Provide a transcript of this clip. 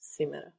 simera